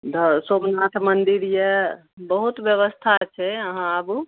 उधर सोमनाथ मन्दिर अछि बहुत ब्यवस्था छै अहाँ आबु